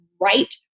right